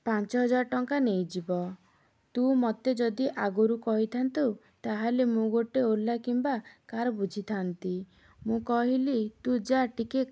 ପାଞ୍ଚ ହଜାର ଟଙ୍କା ନେଇଯିବ ତୁ ମତେ ଯଦି ଆଗରୁ କହିଥାନ୍ତୁ ତା'ହେଲେ ମୁଁ ଗୋଟେ ଓଲା କିମ୍ବା କାର୍ ବୁଝିଥାନ୍ତି ମୁଁ କହିଲି ତୁ ଯା ଟିକେ